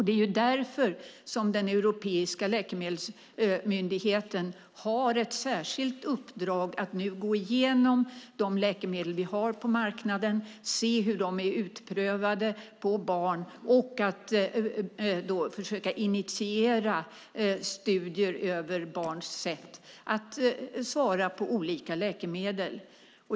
Det är därför som den europeiska läkemedelsmyndigheten har ett särskilt uppdrag att nu gå igenom de läkemedel som vi har på marknaden, se hur de är utprövade på barn och försöka initiera studier över barns sätt att svara på olika läkemedel.